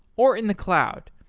or in the cloud.